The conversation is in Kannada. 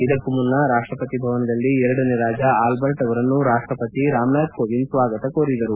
ಇದಕ್ಕೂ ಮುನ್ನ ರಾಷ್ಲಪತಿ ಭವನದಲ್ಲಿ ಎರಡನೇ ರಾಜ ಆಲ್ಲರ್ಟ್ ಅವರನ್ನು ರಾಷ್ಲಪತಿ ರಾಮನಾಥ್ ಕೋವಿಂದ್ ಸ್ನಾಗತ ಕೋರಿದರು